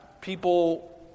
people